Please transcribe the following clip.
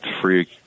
free